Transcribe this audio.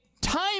time